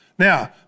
Now